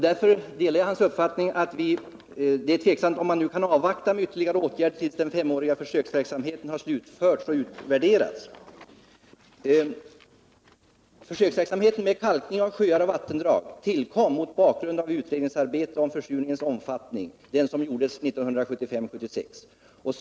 Därför delar jag hans uppfattning att det är tveksamt om man nu kan avvakta med ytterligare åtgärder tills den femåriga försöksperioden har slutförts och utvärderats. Försöksverksamheten med kalkning av sjöar och vattendrag tillkom mot bakgrund av den utredning om försurningens omfattning som gjordes 1975-1976.